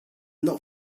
not